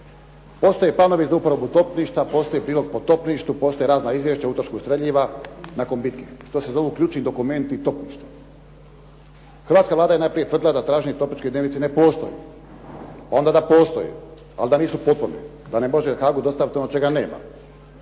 Postoje planovi za uporabu topništva, postoji prilog o topništvu, postoje razna izvješća o utrošku streljiva nakon bitke. To se zovu ključni dokumenti topništva. Hrvatska Vlada je najprije tvrdila da traženi topnički dnevnici ne postoje, onda da postoje ali da nisu potpuni, da ne može Haagu dostaviti ono čega nema.